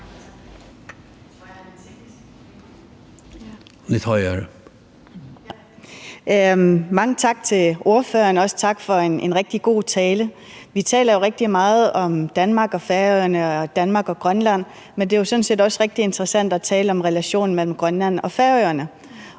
Mange tak til ordføreren, og også tak for en rigtig god tale. Vi taler jo rigtig meget om Danmark og Færøerne og Danmark og Grønland, men det er jo sådan set også rigtig interessant at tale om relationen mellem Grønland og Færøerne.